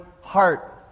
heart